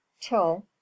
till